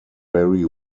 barry